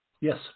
Yes